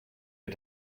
mir